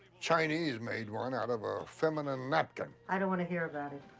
chinese made one out of a feminine napkin. i don't wanna hear about it.